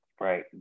right